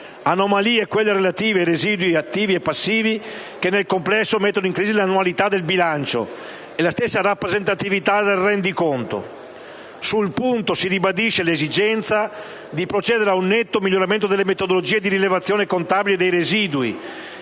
Anomalie, quelle relative ai residui attivi e passivi, che nel complesso mettono in crisi l'annualità del bilancio e la stessa rappresentatività del rendiconto. Sul punto si ribadisce l'esigenza di procedere ad un netto miglioramento delle metodologie di rilevazione contabile dei residui